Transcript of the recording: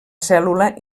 cèl·lula